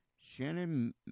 Shannon